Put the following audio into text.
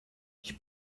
ich